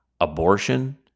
abortion